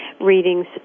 readings